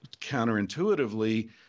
counterintuitively